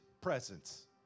presence